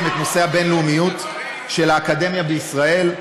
את נושא הבין-לאומיות של האקדמיה בישראל,